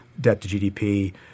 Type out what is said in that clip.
debt-to-GDP